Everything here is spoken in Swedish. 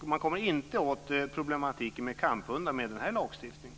Man kommer inte åt problematiken med kamphundar med den här lagstiftningen.